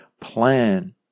plan